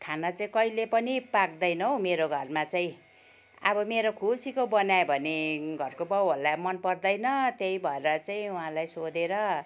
खाना चाहिँ कहिले पनि पाक्दैनौ मेरो घरमा चाहिँ अब मेरो खुसीको बनायो भने घरको बाउहरलाई मनपर्दैन त्यही भएर चाहिँ उहाँलाई सोधेर